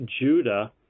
Judah